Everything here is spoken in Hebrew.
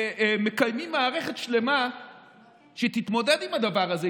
מקיימים מערכת שלמה שתתמודד עם הדבר הזה,